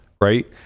right